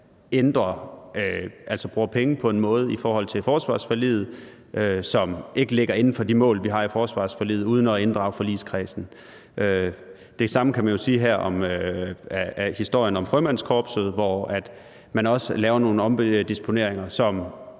bruger penge i forhold til forsvarsforliget på en måde, som ikke ligger inden for de mål, vi har i forsvarsforliget, uden at inddrage forligskredsen. Det samme kan man jo sige her om historien med Frømandskorpset, hvor man også laver nogle omdisponeringer, som